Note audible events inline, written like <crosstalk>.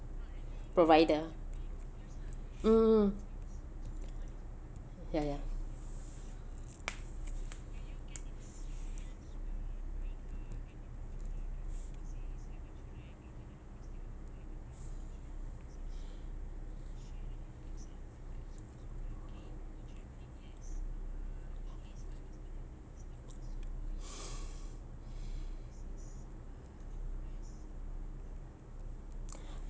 provider mm mm mm ya ya <breath>